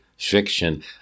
Fiction